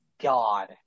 god